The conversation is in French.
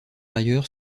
ailleurs